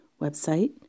website